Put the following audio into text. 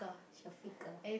Shafiqah